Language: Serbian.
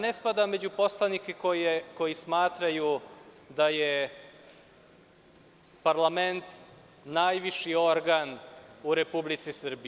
Ne spadam među poslanike koji smatraju da je parlament najviši organ u Republici Srbiji.